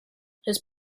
his